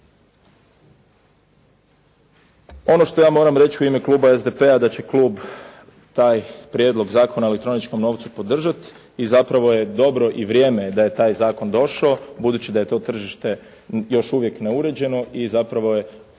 Ono što ja moram reći u ime kluba SDP-a da će klub taj Prijedlog Zakona o elektroničkom novcu podržati i zapravo je dobro i vrijeme da je taj zakon došao, budući da je to tržište neuređeno i zapravo je